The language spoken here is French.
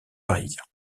parisiens